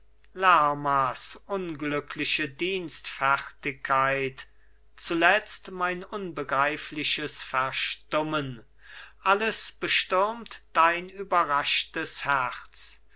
lermas unglückliche dienstfertigkeit zuletzt mein unbegreifliches verstummen alles bestürmt dein überraschtes herz